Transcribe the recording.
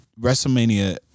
Wrestlemania